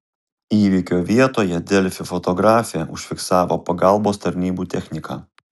įvykio vietoje delfi fotografė užfiksavo pagalbos tarnybų techniką